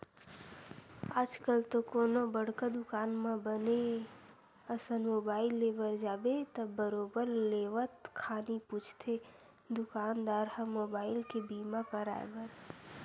आजकल तो कोनो बड़का दुकान म बने असन मुबाइल ले बर जाबे त बरोबर लेवत खानी पूछथे दुकानदार ह मुबाइल के बीमा कराय बर